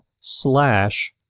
slash